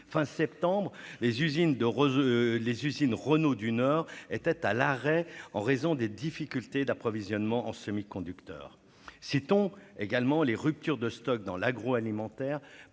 Fin septembre, les usines Renault du Nord étaient à l'arrêt en raison des difficultés d'approvisionnement en semi-conducteurs. Citons également les ruptures de stock dans l'agroalimentaire,